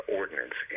ordinance